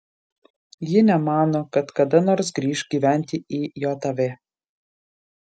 ji nemano kad kada nors grįš gyventi į jav